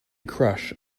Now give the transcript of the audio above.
crush